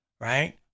right